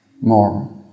more